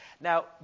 Now